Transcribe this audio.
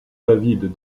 david